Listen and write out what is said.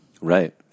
Right